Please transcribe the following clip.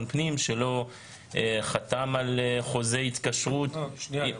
פנים שלא חתם על חוזה התקשרות --- שניה,